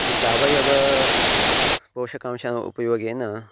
ये सावयवपोषकांशस्य उपयोगेन